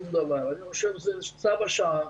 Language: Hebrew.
זה צו השעה.